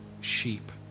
sheep